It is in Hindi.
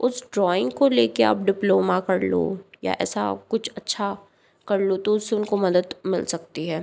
उस ड्राइंग को लेके आप डिप्लोमा कर लो या ऐसा कुछ अच्छा कर लो तो उससे उनको मदद मिल सकती है